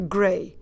Gray